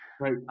Right